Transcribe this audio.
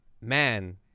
man